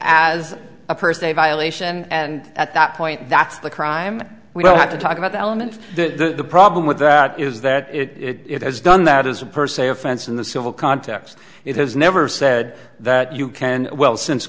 as a person a violation and at that point that's the crime we have to talk about the element that the problem with that is that it has done that as a per se offense in the civil context it has never said that you can well since